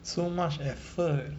so much effort